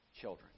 children